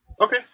Okay